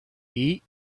eat